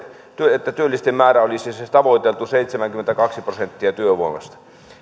että työllisten määrä olisi se tavoiteltu seitsemänkymmentäkaksi prosenttia työvoimasta